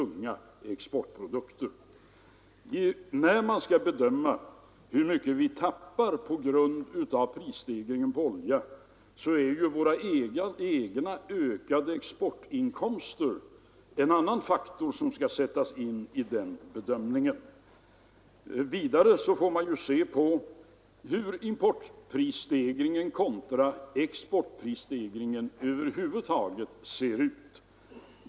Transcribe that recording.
När man skall bedöma hur mycket vi tappar på grund av prisstegringen på oljan måste man som en faktor räkna med våra egna ökade exportinkomster. Vidare får man undersöka hur importprisstegringen kontra exportprisstegringen över huvud taget ser ut.